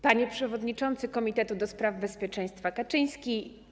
Panie Przewodniczący Komitetu do Spraw Bezpieczeństwa Kaczyński!